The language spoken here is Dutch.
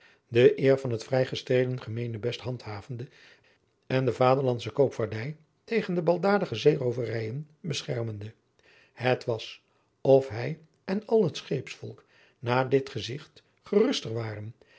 de eer van het vrijgestreden gemeenebest handhavende en de vaderlandsche koopvaardij tegen de baldadige zeerooverijen beschermende het was of hij en al het scheepsvolk na dit gezigt geruster waren